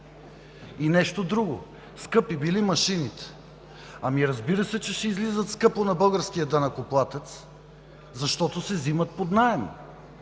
И нещо друго, скъпи били машините – ами, разбира се, че ще излизат скъпо на българския данъкоплатец, защото се вземат под наем,